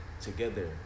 together